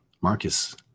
marcus